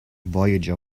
voyager